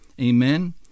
Amen